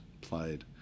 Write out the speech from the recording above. played